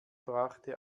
brachte